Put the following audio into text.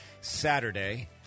Saturday